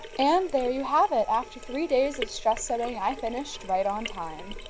and there you have it! after three days of stress sewing i finished right on time!